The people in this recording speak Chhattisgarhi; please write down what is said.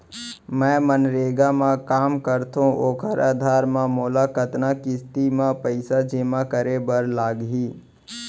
मैं मनरेगा म काम करथो, ओखर आधार म मोला कतना किस्ती म पइसा जेमा करे बर लागही?